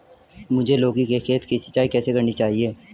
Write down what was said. मुझे लौकी के खेत की सिंचाई कैसे करनी चाहिए?